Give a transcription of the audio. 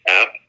app